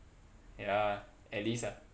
ya at least ah